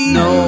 no